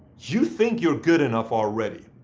you think you're good enough already.